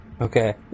Okay